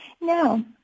no